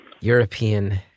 European